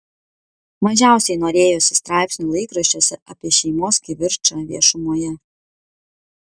mažiausiai norėjosi straipsnių laikraščiuose apie šeimos kivirčą viešumoje